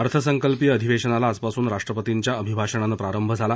अर्थसंकल्पीय अधिवेशनाला आजपासून राष्ट्रपतींच्या अभिभाषणाने प्रांरभ झाला